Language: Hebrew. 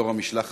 יו"ר המשלחת,